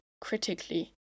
Critically